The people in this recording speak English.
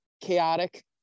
chaotic